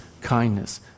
kindness